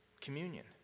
Communion